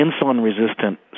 insulin-resistant